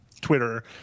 Twitter